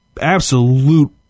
absolute